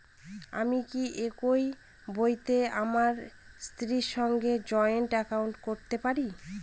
আমি কি একই বইতে আমার স্ত্রীর সঙ্গে জয়েন্ট একাউন্ট করতে পারি?